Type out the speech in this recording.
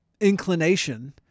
inclination